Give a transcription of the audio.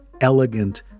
elegant